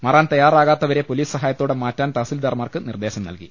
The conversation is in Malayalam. മാറാൻ തയ്യാറാകാത്തവരെ പൊലീസ് സഹായത്തോടെ മാറ്റാൻ തഹസിൽദാർമാർക്ക് നിർദ്ദേശം നൽകി